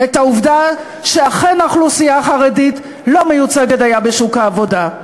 על העובדה שאכן האוכלוסייה החרדית לא מיוצגת דייה בשוק העבודה.